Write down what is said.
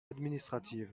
administratives